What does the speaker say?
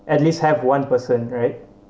at least have one person right